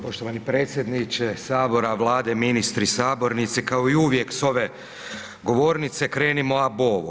Poštovani predsjedniče sabora, Vlade, ministri, sabornici kao i uvijek s ove govornice krenimo ab ovo.